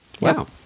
Wow